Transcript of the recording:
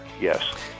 yes